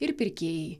ir pirkėjai